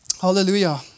Hallelujah